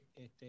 este